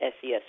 SES